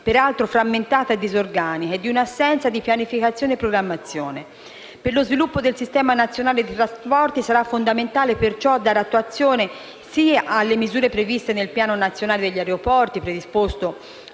peraltro frammentata e disorganica, e di un'assenza di pianificazione e programmazione. Per lo sviluppo del sistema nazionale dei trasporti sarà fondamentale perciò dare attuazione sia alle misure previste nel Piano nazionale degli aeroporti, predisposto